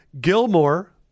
Gilmore